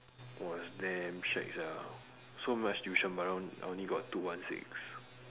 !wah! it's damn shagged sia so much tuition but then only I only got two one six